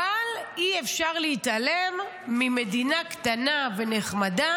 אבל אי-אפשר להתעלם ממדינה קטנה ונחמדה